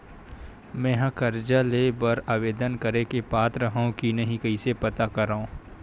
मेंहा कर्जा ले बर आवेदन करे के पात्र हव की नहीं कइसे पता करव?